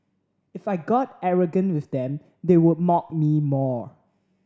if I got arrogant with them they would mock me more